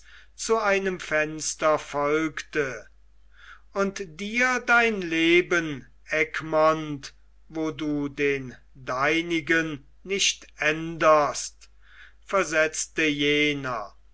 zu einem fenster folgte und dir dein leben egmont wo du den deinigen nicht änderst versetzte jener